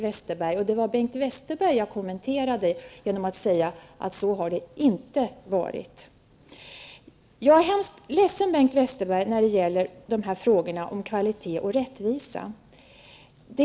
Det var Bengt Westerbergs uttalande som jag kommenterade genom att säga att det inte har varit så. Jag är ledsen, Bengt Westerberg, när det gäller frågorna om kvalitet och rättvisa.